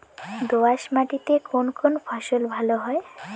দোঁয়াশ মাটিতে কোন কোন ফসল ভালো হয়?